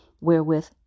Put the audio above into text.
wherewith